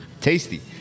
Tasty